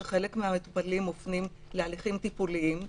שחלק מהמטופלים מופנים להליכים טיפוליים,